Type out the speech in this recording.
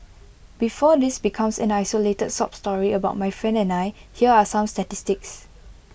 before this becomes an isolated sob story about my friend and I here are some statistics